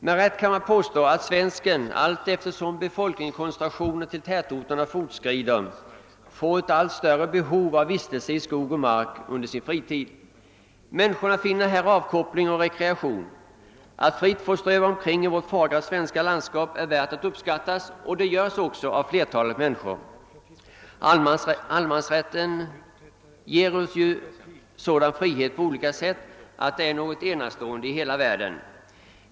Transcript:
Med rätta kan man påstå att svensken allteftersom befolkningskoncentrationen till tätorterna fortskrider får ett allt större behov av vistelse i skog och mark under fritiden. Människorna finner här avkoppling och rekreation. Att fritt få ströva omkring i vårt fagra svenska landskap är värt att uppskattas och det görs också av flertalet människor. Allemansrätten ger oss en frihet som är enastående i hela världen.